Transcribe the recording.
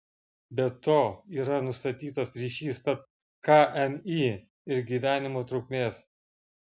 be to yra nustatytas ryšys tarp kmi ir gyvenimo trukmės